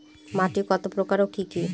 মাটি কতপ্রকার ও কি কী?